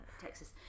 Texas